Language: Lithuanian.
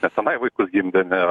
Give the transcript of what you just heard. nes tenai vaikus gimdė ne